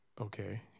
okay